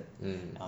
mm